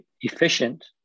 efficient